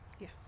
Yes